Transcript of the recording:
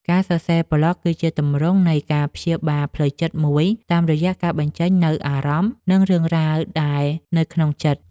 ការសរសេរប្លក់គឺជាទម្រង់នៃការព្យាបាលផ្លូវចិត្តមួយ តាមរយៈការបញ្ចេញនូវអារម្មណ៍ និងរឿងរ៉ាវដែលនៅក្នុងចិត្ត។